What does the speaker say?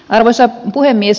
arvoisa puhemies